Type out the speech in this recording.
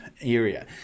area